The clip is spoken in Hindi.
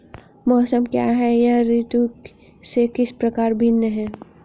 मौसम क्या है यह ऋतु से किस प्रकार भिन्न है?